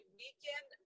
weekend